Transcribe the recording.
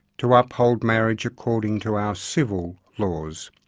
to ah uphold marriage according to our civil laws.